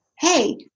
Hey